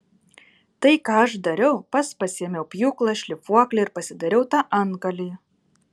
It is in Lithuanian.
tai ką aš dariau pats pasiėmiau pjūklą šlifuoklį ir pasidariau tą antgalį